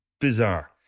bizarre